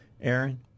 Aaron